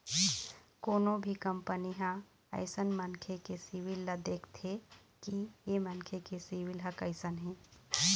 कोनो भी कंपनी ह अइसन मनखे के सिविल ल देखथे कि ऐ मनखे के सिविल ह कइसन हे